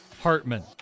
Hartman